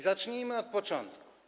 Zacznijmy od początku.